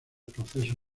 procesos